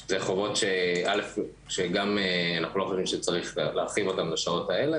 שזה חובות שא' אנחנו לא חושבים שצריך להרחיב אותם לשעות האלה